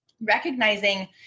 recognizing